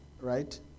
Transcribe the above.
Right